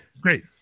great